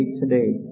today